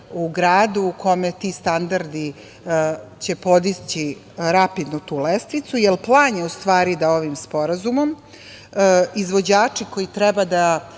u gradu u kome ti standardi će podići rapidno tu lestvicu, jer plan je u stvari da ovim sporazumom izvođači koji treba da